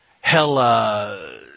Hela